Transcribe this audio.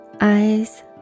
eyes